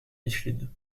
micheline